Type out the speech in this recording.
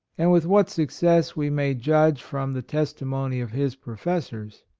and with what success we may judge from the testimony of his profes sors.